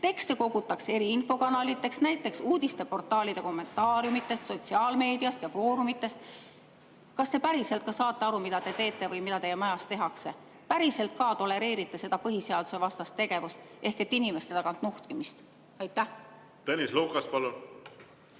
Tekste kogutakse eri infokanalitest, näiteks uudisteportaalide kommentaariumitest, sotsiaalmeediast ja foorumitest." Kas te päriselt ka saate aru, mida te teete või mida teie majas tehakse? Päriselt ka tolereerite seda põhiseadusevastast tegevust ehk inimeste tagant nuhkimist? Aitäh, hea eesistuja!